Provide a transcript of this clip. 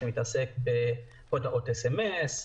שמתעסק בהודעות סמ"ס,